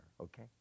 okay